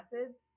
methods